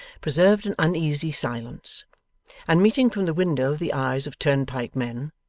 preserved an uneasy silence and meeting from the window the eyes of turnpike-men,